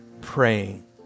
praying